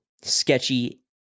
sketchy